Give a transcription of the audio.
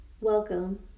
welcome